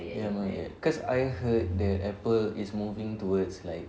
ya not yet cause I heard that apple is moving towards like